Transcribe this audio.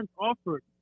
offered